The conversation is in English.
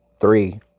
three